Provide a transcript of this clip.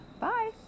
Bye